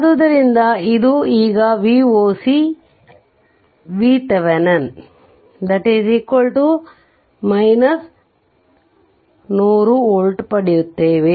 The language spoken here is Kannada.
ಆದ್ದರಿಂದ ಇದು ಈಗ Voc Thevenin 100 ವೋಲ್ಟ್ ಪಡೆಯುತ್ತೇವೆ